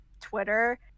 Twitter